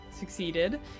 succeeded